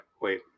wait